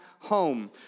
Home